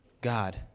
god